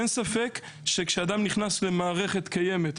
אין ספק שכשאדם נכנס למערכת קיימת,